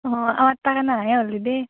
অঁ অঁ তাকে নাহাই হ'লি দি